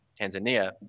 Tanzania